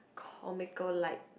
comical like